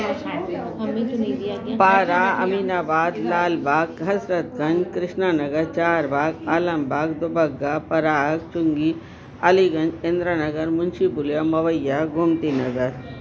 बारा अमीनाबाद लाल बाग हज़रत गंज कृष्णा नगर चार बाग आलम बाग दुबग्गा पराग चुंगी अली गंज इंद्रा नगर मुंशी पुलिया मुहैया गोमती नगर